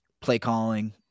play-calling